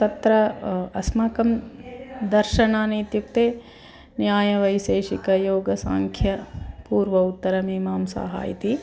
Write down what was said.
तत्र अस्माकं दर्शनानि इत्युक्ते न्यायवैशेषिकयोगसाङ्ख्यपूर्वोत्तरमीमांसाः इति